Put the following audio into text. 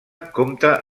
compta